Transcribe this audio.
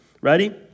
Ready